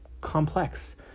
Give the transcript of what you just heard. complex